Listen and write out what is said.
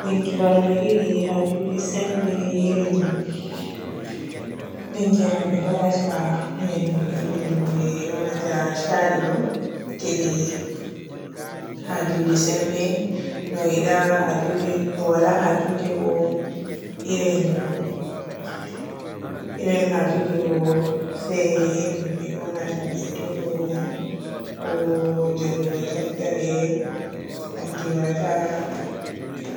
Dinkiral du yiɗi hajuji sembe irin dinkiral be waadata yende juulde ɗum be yoonata shadi ɗo gede haa juji sembe. No yida hajuji ɗum waala hajuje bo irin mmm irin hajuji bo se irin be yoonata liɗo ko njanngugo deftere hanndi waadata sembe.